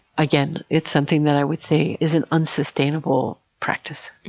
again, it's something that i would say, is an unsustainable practice.